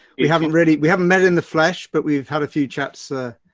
we haven't really, we haven't met in the flesh, but we've had a few chats, ah,